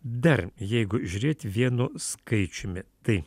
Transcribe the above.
dar jeigu žiūrėti vienu skaičiumi tai